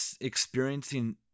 experiencing